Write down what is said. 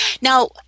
Now